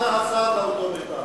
מה ענה השר לאותו מיזם?